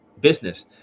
business